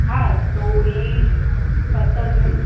હા તો એ સત્તર જૂન